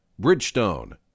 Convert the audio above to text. Bridgestone